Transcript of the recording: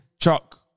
Chuck